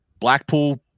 Blackpool